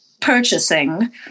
purchasing